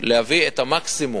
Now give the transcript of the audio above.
להביא את המס של